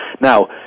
Now